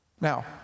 Now